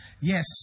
yes